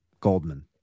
Goldman